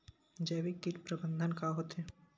जैविक कीट प्रबंधन का होथे?